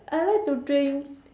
I like to drink